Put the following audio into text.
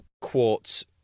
quartz